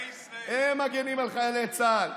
הם מגינים על חיילי צה"ל.